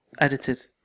Edited